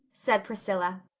said priscilla.